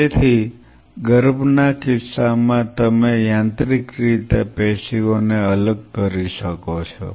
તેથી ગર્ભના કિસ્સામાં તમે યાંત્રિક રીતે પેશીઓને અલગ કરી શકો છો